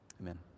Amen